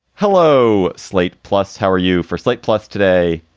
hello. slate plus. how are you for slate plus today?